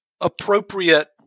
appropriate